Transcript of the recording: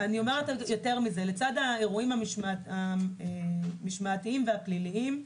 לצד האירועים המשמעתיים והפליליים,